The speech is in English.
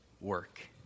work